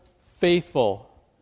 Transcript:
faithful